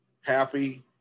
happy